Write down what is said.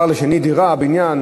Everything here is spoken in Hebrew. בבקשה.